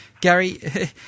Gary